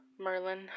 Merlin